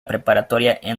preparatoria